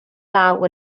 law